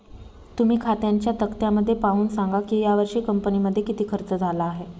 तुम्ही खात्यांच्या तक्त्यामध्ये पाहून सांगा की यावर्षी कंपनीमध्ये किती खर्च झाला आहे